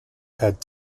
had